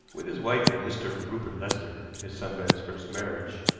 with his wife and mr. rupert lester, his son by his first marriage,